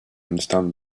understand